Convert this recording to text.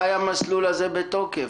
ממתי המסלול הזה בתוקף?